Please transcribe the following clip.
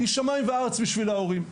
היא שמיים וארץ בשביל ההורים.